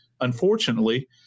Unfortunately